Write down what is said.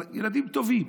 אבל ילדים טובים.